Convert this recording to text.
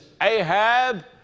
Ahab